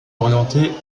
orientée